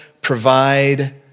provide